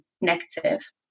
negative